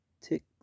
ticks